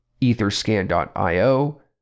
etherscan.io